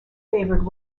favoured